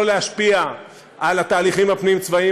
לא להשפיע על התהליכים הפנים-צבאיים,